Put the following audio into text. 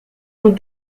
une